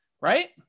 right